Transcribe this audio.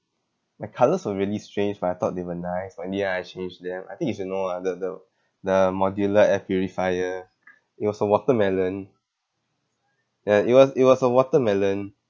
my colours were really strange but I thought they were nice but in the end I changed them I think you should know ah the the the modular air purifier it was a watermelon ya it was it was a watermelon